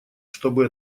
чтобы